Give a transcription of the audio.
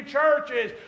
churches